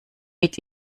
mit